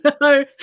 no